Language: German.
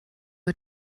nur